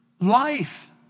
life